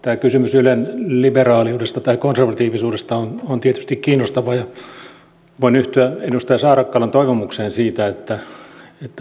tämä kysymys ylen liberaaliudesta tai konservatiivisuudesta on tietysti kiinnostava ja voin yhtyä edustaja saarakkalan toivomukseen siitä että